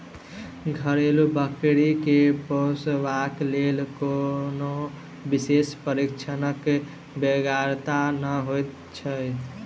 घरेलू बकरी के पोसबाक लेल कोनो विशेष प्रशिक्षणक बेगरता नै होइत छै